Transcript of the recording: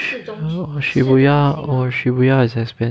shibuya oh shibuya is expensive